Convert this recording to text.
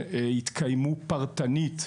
שהתקיימו פרטנית,